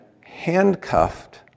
handcuffed